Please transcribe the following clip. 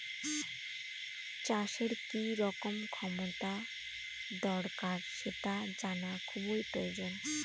চাষের কি রকম দক্ষতা দরকার সেটা জানা খুবই প্রয়োজন